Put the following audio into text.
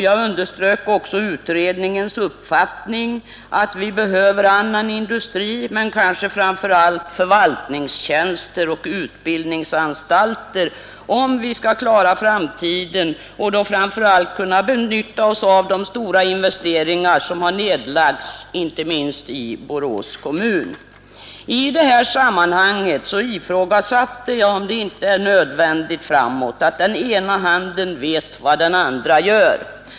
Jag underströk också utredningens uppfattning att vi behöver annan industri men kanske framför allt förvaltningstjänster och utbildningsanstalter, om vi skall klara framtiden och även kunna benytta oss av de stora investeringar som har nedlagts inte minst inom Borås kommun. I det sammanhanget ifrågasatte jag om det inte är nödvändigt framdeles att den ena handen vet vad den andra gör.